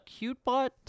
CuteBot